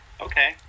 Okay